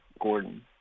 Gordon